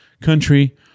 country